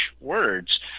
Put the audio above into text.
words